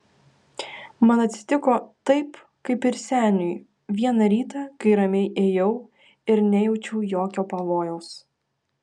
man atsitiko taip kaip ir seniui vieną rytą kai ramiai ėjau ir nejaučiau jokio pavojaus